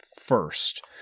first